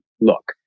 look